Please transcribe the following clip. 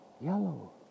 yellow